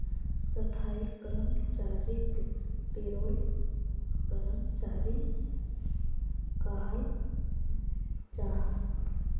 स्थाई कर्मचारीक पेरोल कर्मचारी कहाल जाहा